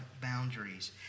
boundaries